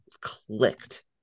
clicked